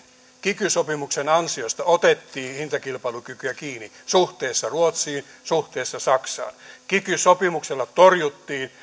kiky sopimuksen ansiosta otettiin hintakilpailukykyä kiinni suhteessa ruotsiin suhteessa saksaan kiky sopimuksella torjuttiin